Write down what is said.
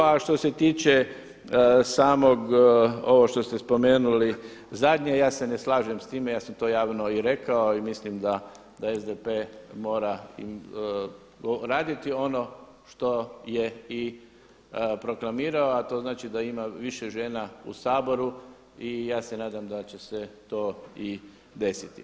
A što se tiče samog ovo što ste spomenuli zadnje ja se ne slažem s time, ja sam to javno i rekao i mislim da SDP mora i raditi ono što je i proklamirao a to znači da ima više žena u Saboru i ja se nadam da će se to i desiti.